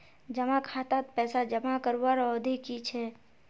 जमा खातात पैसा जमा करवार अवधि की छे?